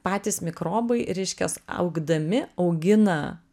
patys mikrobai reiškias augdami augina